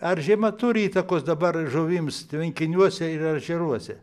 ar žiema turi įtakos dabar žuvims tvenkiniuose ir ežeruose